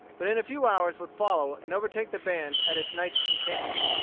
but in a few hours would follow and overtake the band at its night's encampment.